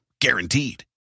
Guaranteed